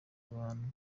abantu